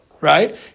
Right